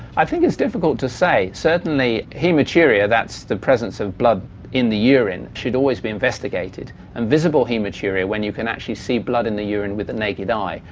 i think it's difficult to say, certainly haematuria, that's the presence of blood in the urine, should always be investigated and visible haematuria, when you can actually see blood in the urine with the naked eye,